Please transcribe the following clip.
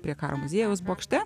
prie karo muziejaus bokšte